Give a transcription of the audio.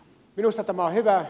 minusta tämä on hyvä